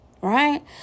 right